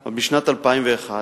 עוד בשנת 2001,